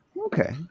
Okay